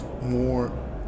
more